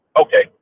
Okay